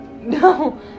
No